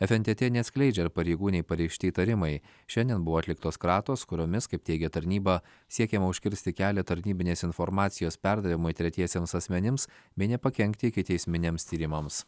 fntt neatskleidžia ar pareigūnei pareikšti įtarimai šiandien buvo atliktos kratos kuriomis kaip teigia tarnyba siekiama užkirsti kelią tarnybinės informacijos perdavimui tretiesiems asmenims bei nepakenkti ikiteisminiams tyrimams